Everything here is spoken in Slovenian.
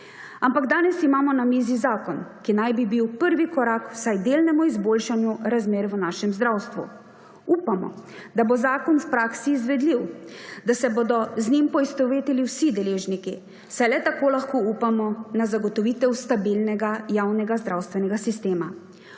Ampak danes imamo na mizi zakon, ki naj bi bil prvi korak k vsaj delnemu izboljšanju razmer v našem zdravstvu. Upamo, da bo zakon v praksi izvedljiv, da se bodo z njim poistovetili vsi deležniki, saj le tako lahko upamo na zagotovitev stabilnega javnega zdravstvenega sistema.